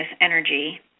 energy